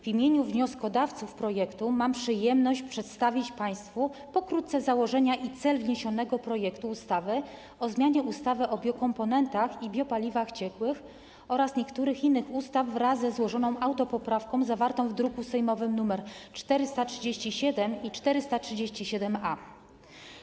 W imieniu wnioskodawców projektu mam przyjemność przedstawić państwu pokrótce założenia i cel wniesionego projektu ustawy o zmianie ustawy o biokomponentach i biopaliwach ciekłych oraz niektórych innych ustaw wraz ze złożoną autopoprawką, druki sejmowe nr 437 i 437-A.